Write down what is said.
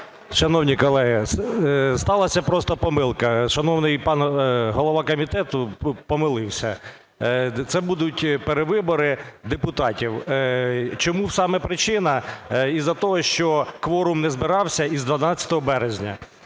Шановні колеги, сталася просто помилка, шановний пан голова комітету помилився. Це будуть перевибори депутатів. В чому саме причина? Із-за того, що кворум не збирався із 12 березня